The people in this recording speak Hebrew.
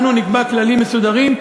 אנחנו נקבע כללים מסודרים,